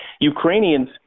Ukrainians